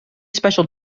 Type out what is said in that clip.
special